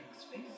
space